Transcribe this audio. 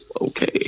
okay